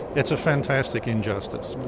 it's a fantastic injustice.